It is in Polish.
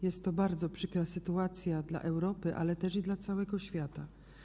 Jest to bardzo przykra sytuacja dla Europy, ale też dla całego świata.